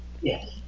Yes